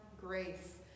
grace